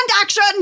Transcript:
action